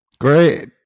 great